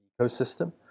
ecosystem